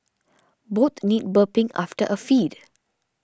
both need burping after a feed